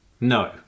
No